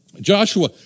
Joshua